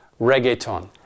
reggaeton